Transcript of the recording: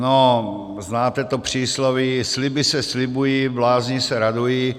No, znáte to přísloví: Sliby se slibují, blázni se radují.